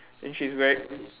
and she's weari~